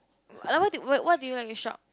like what do you what do you like to shop